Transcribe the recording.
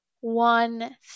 one